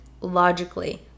logically